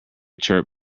chirp